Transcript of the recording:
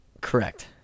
Correct